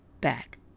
back